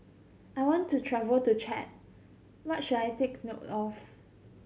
I want to travel to Chad what should I take note of